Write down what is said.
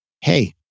hey